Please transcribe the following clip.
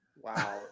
Wow